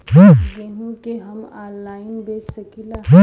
गेहूँ के हम ऑनलाइन बेंच सकी ला?